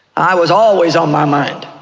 i was always on my mind.